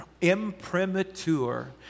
imprimatur